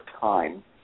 time